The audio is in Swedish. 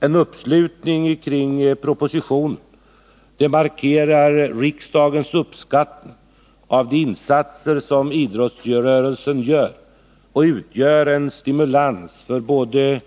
En uppslutning kring propositionen markerar riksdagens uppskattning av de insatser som idrottsrörelsen terspel i Sverige år 1988 terspel i Sverige år 1988 gör, och utgör en stimulans för både